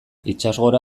itsasgora